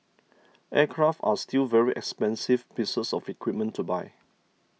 aircraft are still very expensive pieces of equipment to buy